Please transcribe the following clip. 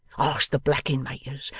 ask the blacking-makers,